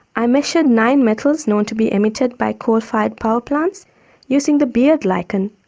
i measured nine metals known to be emitted by coal-fired power plants using the beard lichen,